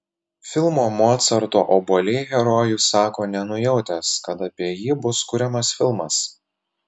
filmo mocarto obuoliai herojus sako nenujautęs kad apie jį bus kuriamas filmas